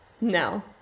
no